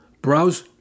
browse